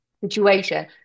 situation